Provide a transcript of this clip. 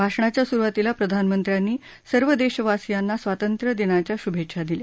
भाषणाच्या सुरुवातीला प्रधानमंत्र्यांनी सर्व देशवासियांना स्वातंत्र्य दिनाच्या शुभेच्छा दिल्या